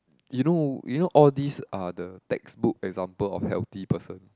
you know you know all these are the textbook example of healthy person